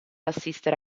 assistere